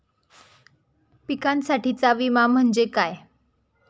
पिकांसाठीचा विमा म्हणजे काय?